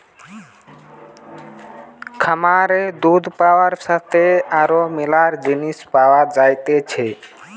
খামারে দুধ পাবার সাথে আরো ম্যালা জিনিস পাওয়া যাইতেছে